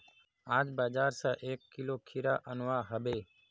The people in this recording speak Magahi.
आज बाजार स एक किलो खीरा अनवा हबे